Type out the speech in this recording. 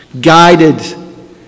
guided